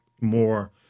more